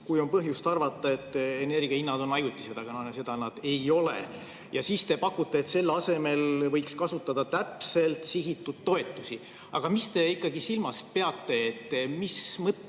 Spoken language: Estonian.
kui on põhjust arvata, et energia hinnad on ajutised, aga seda nad ei ole. Ja siis te pakkusite, et selle asemel võiks kasutada täpselt sihitud toetusi. Aga mida te silmas peate? Mis mõttes